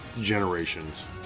generations